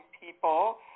people